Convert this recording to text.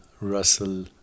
Russell